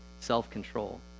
self-control